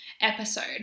episode